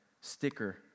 sticker